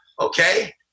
okay